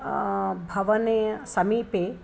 भवने समीपे